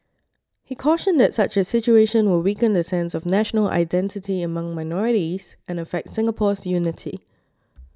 he cautioned that such a situation will weaken the sense of national identity among minorities and affect Singapore's unity